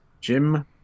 Jim